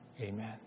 Amen